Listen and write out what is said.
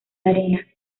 arena